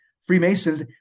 Freemasons